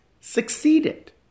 succeeded